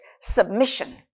submission